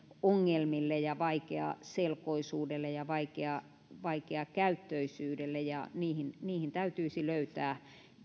ongelmille ja vaikeaselkoisuudelle ja vaikeakäyttöisyydelle ja niihin niihin täytyisi löytää